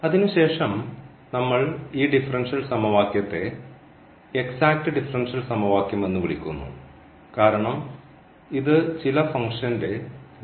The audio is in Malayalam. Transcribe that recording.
അതിനുശേഷം നമ്മൾ ഈ ഡിഫറൻഷ്യൽ സമവാക്യത്തെ എക്സാക്റ്റ് ഡിഫറൻഷ്യൽ സമവാക്യം എന്ന് വിളിക്കുന്നു കാരണം ഇത് ചില ഫംഗ്ഷന്റെ ഡിഫറൻഷ്യൽ ആണ്